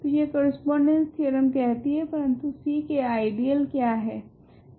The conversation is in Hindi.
तो यह कोरेस्पोंडेंस थेओरेम कहती है परंतु C के आइडियल क्या है